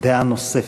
דעה נוספת.